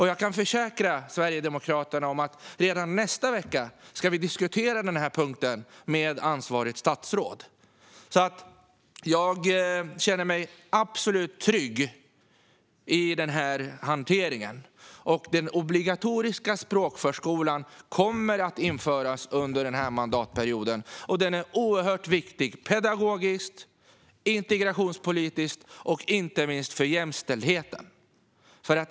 Jag kan försäkra Sverigedemokraterna om att vi redan nästa vecka ska diskutera denna punkt med ansvarigt statsråd. Jag känner mig därför absolut trygg med denna hantering. Den obligatoriska språkförskolan kommer att införas under denna mandatperiod. Den är oerhört viktig - pedagogiskt, integrationspolitiskt och inte minst för jämställdheten.